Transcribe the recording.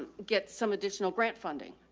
get some additional grant funding.